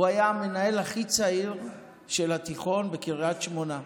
הוא היה המנהל הכי צעיר של התיכון בקריית שמונה,